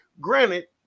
granted